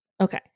Okay